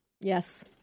Yes